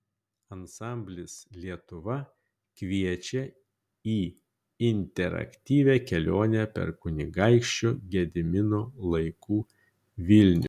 ansamblis lietuva kviečia į interaktyvią kelionę per kunigaikščio gedimino laikų vilnių